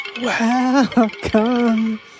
Welcome